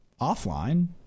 offline